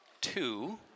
two